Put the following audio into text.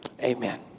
Amen